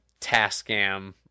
Tascam